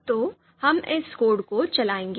तो हम इस कोड को चलाएंगे